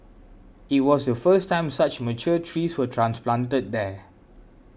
it was the first time such mature trees were transplanted there